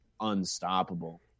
unstoppable